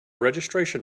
registration